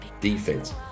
defense